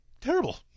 terrible